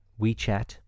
WeChat